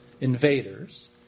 invaders